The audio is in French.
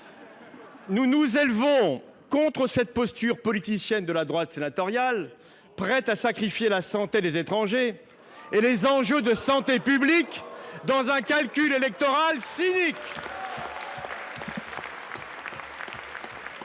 Nous nous élevons contre cette posture politicienne de la droite sénatoriale, prête à sacrifier la santé des étrangers et les enjeux de santé publique dans un calcul électoral cynique.